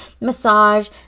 massage